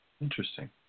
Interesting